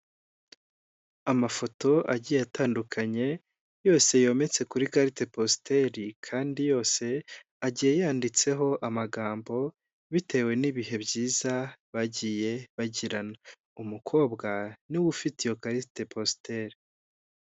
Amafoto agiye atandukanye, yose yometse kuri karite positeri, kandi yose agiye yanyanditseho amagambo bitewe n'ibihe byiza bagiye bagirana. Umukobwa ni we ufite iyo karite positeri.